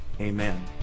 Amen